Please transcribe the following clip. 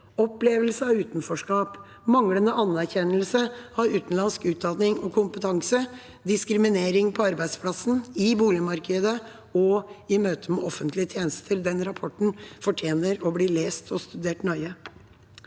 opplevelse av utenforskap, manglende anerkjennelse av utenlandsk utdanning og kompetanse, og diskriminering på arbeidsplassen, i boligmarkedet og i møte med offentlige tjenester. Rapporten fortjener å bli lest og studert nøye.